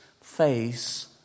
face